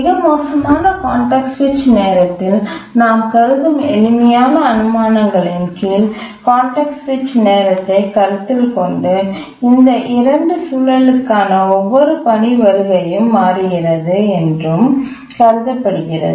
மிக மோசமான கான்டெக்ஸ்ட் சுவிட்ச் நேரத்தில் நாம் கருதும் எளிமையான அனுமானங்களின் கீழ் கான்டெக்ஸ்ட் சுவிட்ச் நேரத்தைக் கருத்தில் கொண்டு இந்த 2 சூழலுக்கான ஒவ்வொரு பணி வருகையும் மாறுகிறது என்றும் கருதப்படுகிறது